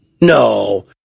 No